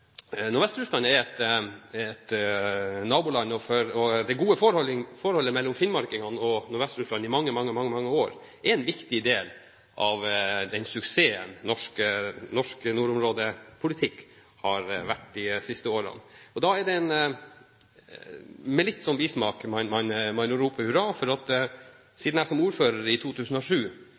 Det gode forholdet som har vært mellom finnmarkingene og Nordvest-Russland i mange, mange år er en viktig del av den suksessen norsk nordområdepolitikk har vært de siste årene. Det er med litt bismak man roper hurra, for siden jeg som ordfører i 2007